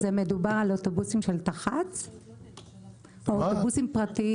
מדובר על אוטובוסים של תחבורה ציבורית או אוטובוסים פרטיים?